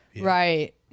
Right